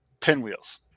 pinwheels